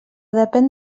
depén